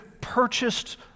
purchased